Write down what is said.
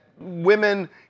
women